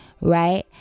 right